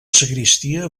sagristia